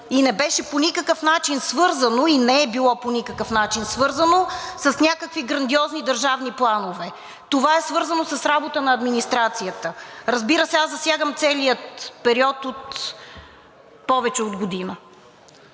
и не беше по никакъв начин свързано и не е било по никакъв начин свързано с някакви грандиозни държавни планове. Това е свързано с работа на администрацията. Разбира се, аз засягам целия период от повече от година.